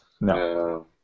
No